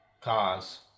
Cars